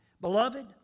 Beloved